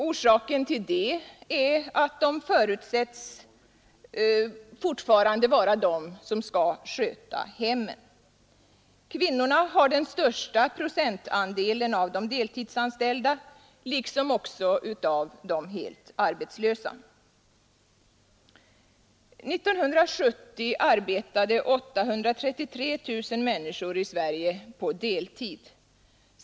Orsaken till detta är att det fortfarande förutsätts att kvinnorna skall sköta hemmen. Kvinnorna har den största procentandelen av de deltidsanställda liksom också av de helt arbetslösa. 1970 arbetade 833 000 människor i Sverige på deltid.